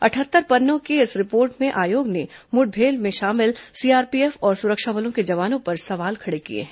अटहत्तर पन्नों की इस रिपोर्ट में आयोग ने मुठभेड़ में शामिल सीआरपीएफ और सुरक्षा बलों के जवानों पर सवाल खड़ा किए हैं